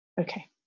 okay